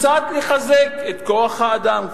קצת לחזק את כוח-האדם,